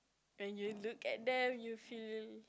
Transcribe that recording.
when you look at them you feel